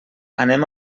anem